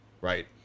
right